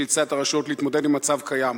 שאילצה את הרשויות להתמודד עם מצב קיים,